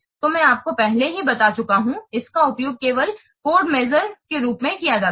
तो मैं आपको पहले ही बता चुका हूं इसका उपयोग केवल कोड मैसूर के रूप में किया जाता है